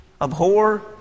Abhor